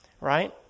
right